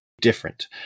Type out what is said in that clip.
different